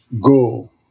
go